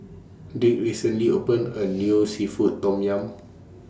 Dink recently opened A New Seafood Tom Yum